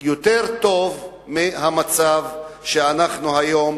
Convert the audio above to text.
יותר טוב מהמצב שאנחנו היום